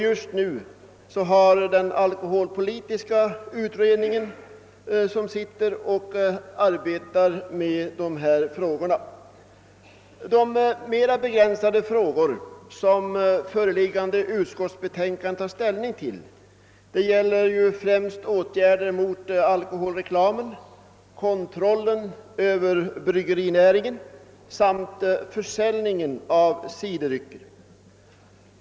Just nu har vi den alkoholpolitiska utredningen som arbetar med spörsmålen. De mera begränsade frågor, som föreliggande utskottsbetänkande tar ställning till, gäller främst åtgärder mot alkoholreklamen, kontroll över bryggerinäringen och försäljning av ciderdrycker.